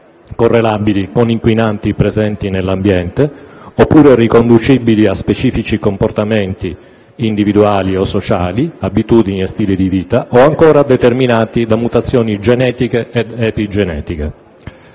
correlabili con inquinanti presenti nell'ambiente oppure riconducibili a specifici comportamenti individuali o sociali, abitudini o stili di vita, o ancora determinati da mutazioni genetiche ed epigenetiche;